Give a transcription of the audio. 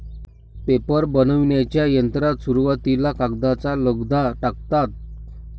paper बनविण्याच्या यंत्रात सुरुवातीला कागदाचा लगदा टाकतात